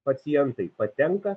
pacientai patenka